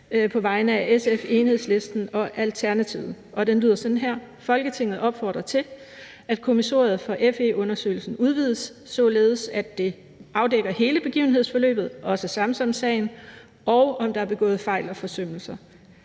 følgende: Forslag til vedtagelse »Folketinget opfordrer til, at kommissoriet for FE-undersøgelsen udvides, således at det afdækker hele begivenhedsforløbet – også Samsamsagen – og om der er begået fejl og forsømmelser.